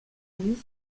mrs